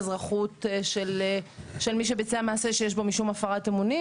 אזרחות של מי שביצע מעשה שיש בו משום הפרת אמונים,